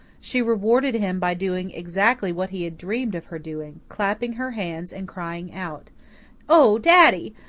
she rewarded him by doing exactly what he had dreamed of her doing, clapping her hands and crying out oh, daddy!